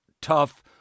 tough